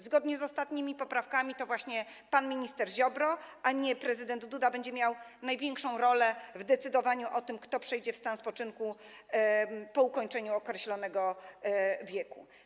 Zgodnie z ostatnimi poprawkami to właśnie pan minister Ziobro, a nie prezydent Duda będzie odgrywał największą rolę w decydowaniu o tym, kto przejdzie w stan spoczynku po osiągnięciu określonego wieku.